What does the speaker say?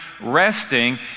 resting